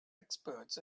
experts